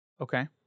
Okay